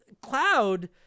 Cloud